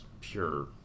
pure